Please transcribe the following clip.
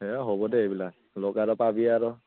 এই হ'ব দে এইবিলাক লগ এটা পাবি আৰু